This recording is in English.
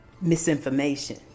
misinformation